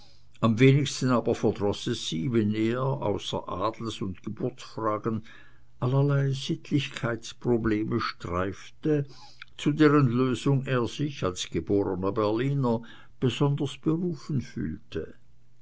am wenigsten aber verdroß es sie wenn er außer adels und geburtsfragen allerlei sittlichkeitsprobleme streifte zu deren lösung er sich als geborener berliner besonders berufen fühlte